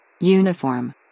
uniform